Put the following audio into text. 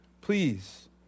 Please